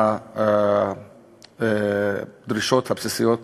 הדרישות הבסיסיות